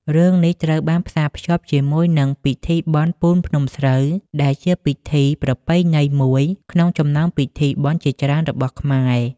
រឿងនេះត្រូវបានផ្សារភ្ជាប់ជាមួយនឹងពិធីបុណ្យពូនភ្នំស្រូវ ដែលជាពិធីប្រពៃណីមួយក្នុងចំណោមពិធីបុណ្យជាច្រើនរបស់ខ្មែរ។